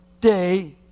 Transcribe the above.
day